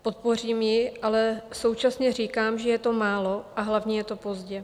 Podpořím ji, ale současně říkám, že je to málo, a hlavně je to pozdě.